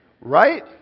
right